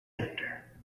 under